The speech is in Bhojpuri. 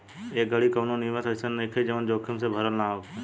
ए घड़ी कवनो निवेश अइसन नइखे जवन जोखिम से भरल ना होखे